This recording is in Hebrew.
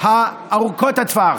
ארוכות הטווח.